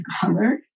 color